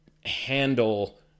handle